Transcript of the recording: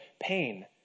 pain